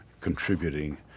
contributing